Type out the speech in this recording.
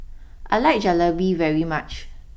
I like Jalebi very much